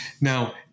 now